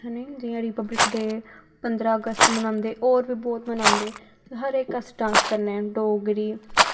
यानि जियां republic day पंदरां अगस्त बनांदे होर बी बौह्त बनांदे ते हर इक अस टॉस्क करने न डोगरी